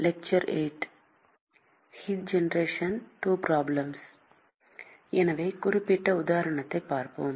வெப்ப உருவாக்கம் II சிக்கல்கள் நீட்டிக்கப்பட்ட மேற்பரப்புகளுக்கான அறிமுகம் எனவே ஒரு குறிப்பிட்ட உதாரணத்தைப் பார்ப்போம்